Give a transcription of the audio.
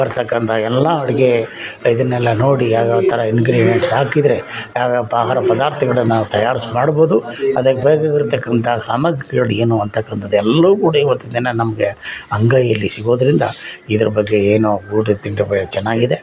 ಬರತಕ್ಕಂಥ ಎಲ್ಲ ಅಡುಗೆ ಇದನ್ನೆಲ್ಲ ನೋಡಿ ಯಾವ್ಯಾವ ಥರ ಇನ್ಗ್ರೇಡಿಯೆಂಟ್ಸ್ ಹಾಕಿದರೆ ಯಾವ್ಯಾವ ಆಹಾರ ಪದಾರ್ಥಗಳನ್ನ ತಯಾರ್ಸಿ ಮಾಡ್ಬೋದು ಅದ್ಕೆ ಬೇಕಾಗಿರತಕ್ಕಂಥ ಸಾಮಾಗ್ರಿಗಳೇನು ಅನ್ನತಕ್ಕಂಥದ್ದು ಎಲ್ಲವೂ ಕೂಡ ಈವತ್ತು ದಿನ ನಮಗೆ ಅಂಗೈಯ್ಯಲ್ಲಿ ಸಿಗೋದರಿಂದ ಇದ್ರ ಬಗ್ಗೆ ಏನು ಊಟ ತಿಂಡಿ ಬಗ್ಗೆ ಚೆನ್ನಾಗಿದೆ